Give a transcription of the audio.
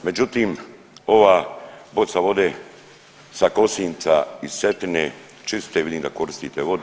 Međutim, ova boca vode sa Kosinca iz Cetine čiste, vidim da koristite vodu.